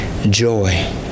joy